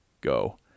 Go